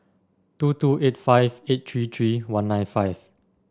two two eight five eight three three one nine five